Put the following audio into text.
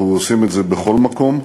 אנחנו עושים את זה בכל מקום,